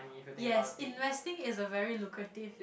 yes investing is a very lucrative